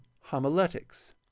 homiletics